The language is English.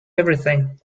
everything